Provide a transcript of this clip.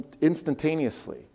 instantaneously